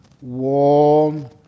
warm